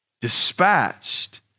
dispatched